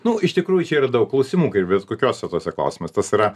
nu iš tikrųjų čia yra daug klausimų kaip bet kokiuose tuose klausimas tas yra